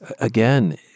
again